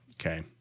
okay